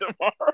tomorrow